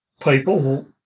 People